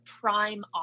prime